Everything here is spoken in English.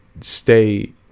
stay